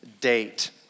date